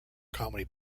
comedy